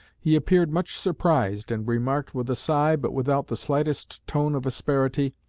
he appeared much surprised, and remarked with a sigh, but without the slightest tone of asperity,